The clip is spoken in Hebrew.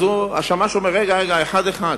ויש להם ויכוח, אז השמש אומר: אחד-אחד.